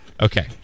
Okay